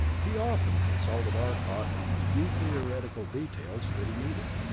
he often consulted arcot on the few theoretical details that he needed.